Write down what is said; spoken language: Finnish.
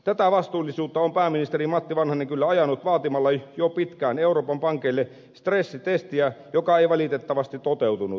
tätä vastuullisuutta on pääministeri matti vanhanen kyllä ajanut vaatimalla jo pitkään euroopan pankeille stressitestiä joka ei valitettavasti toteutunut